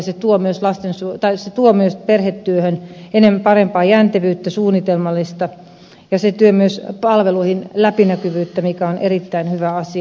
se tuo myös perhetyöhön enemmän parempaa jäntevyyttä suunnitelmallisuutta ja tuo myös palveluihin läpinäkyvyyttä mikä on erittäin hyvä asia